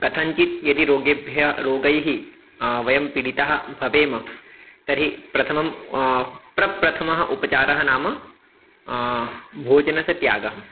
कथञ्चित् यदि रोगेभ्यः रोगैः वयं पीडिताः भवेम तर्हि प्रथमं प्रथमः उपचारः नाम भोजनस्य त्यागः